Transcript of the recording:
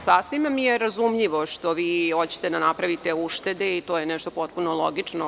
Sasvim mi je razumljivo što vi hoćete da napravite uštede i to je nešto potpuno logično.